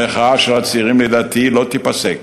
המחאה של הצעירים לדעתי לא תיפסק